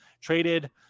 Traded